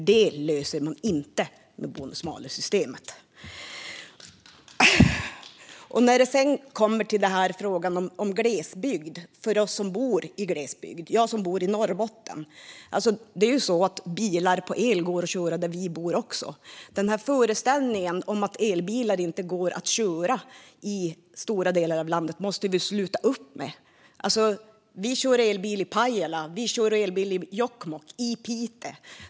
Det löser man inte med bonus malus-systemet. Sedan kommer vi till frågan om glesbygd. Jag bor i glesbygd i Norrbotten. Elbilar går att köra där vi bor också. Föreställningen om att elbilar inte går att köra i stora delar av landet måste man sluta upp med. Vi kör elbil i Pajala, Jokkmokk och Piteå.